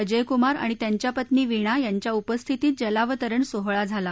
अजय कुमार आणि त्यांच्या पत्नी वीणा यांच्या उपस्थितीत जलावतरण सोहळा झाला